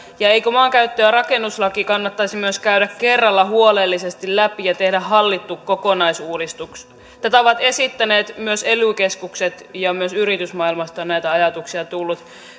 ja eikö maankäyttö ja rakennuslaki kannattaisi myös käydä kerralla huolellisesti läpi ja tehdä hallittu kokonaisuudistus tätä ovat esittäneet myös ely keskukset ja myös yritysmaailmasta on näitä ajatuksia tullut